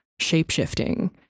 shape-shifting